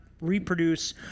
reproduce